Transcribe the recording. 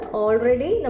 already